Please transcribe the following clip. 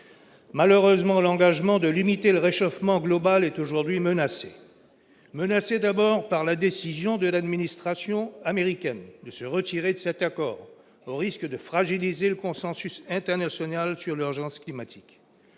malheureusement, l'engagement de limiter le réchauffement global est aujourd'hui menacé menacé d'abord par la décision de l'administration américaine de se retirer de cet accord au risque de fragiliser le consensus international sur leur agence climatique